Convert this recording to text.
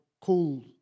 cool